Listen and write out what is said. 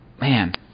man